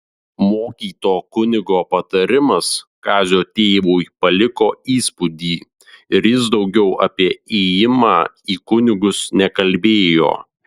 mokyto kunigo patarimas kazio tėvui paliko įspūdį ir jis daugiau apie ėjimą į kunigus nekalbėjo